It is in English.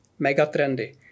megatrendy